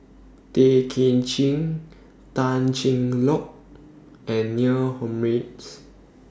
Tay Kay Chin Tan Cheng Lock and Neil Humphreys